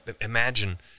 imagine